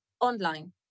online